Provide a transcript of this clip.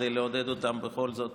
כדי לעודד אותם בכל זאת